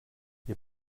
ihr